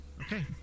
Okay